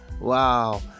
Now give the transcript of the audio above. Wow